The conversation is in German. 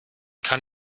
kann